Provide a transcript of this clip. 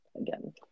again